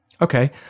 Okay